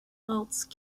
else